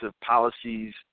policies